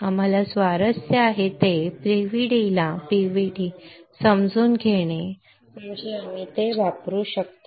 आम्हाला स्वारस्य आहे ते म्हणजे PVD ला PVD समजून घेणे म्हणजे आम्ही ते वापरू शकतो